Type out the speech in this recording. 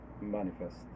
manifest